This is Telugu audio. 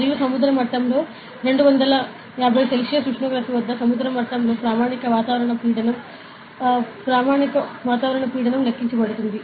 మరియు సముద్ర మట్టంలో 250 సెల్సియస్ ఉష్ణోగ్రత వద్ద సముద్ర మట్టంలో ప్రామాణిక వాతావరణ పీడనం లెక్కించబడుతుంది